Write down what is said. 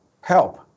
help